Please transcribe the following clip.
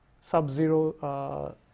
sub-zero